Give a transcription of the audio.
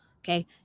okay